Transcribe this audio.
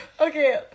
Okay